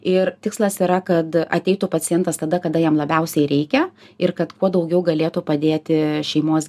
ir tikslas yra kad ateitų pacientas tada kada jam labiausiai reikia ir kad kuo daugiau galėtų padėti šeimos